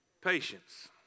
patience